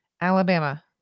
Alabama